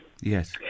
Yes